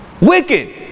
Wicked